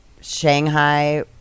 shanghai